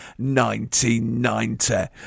1990